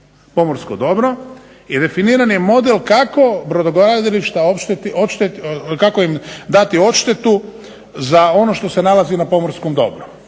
pomorsko dobro i definiran je model kako brodogradilišta odštetiti, kako im dati odštetu za ono što se nalazi na pomorskom dobru.